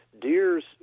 deer's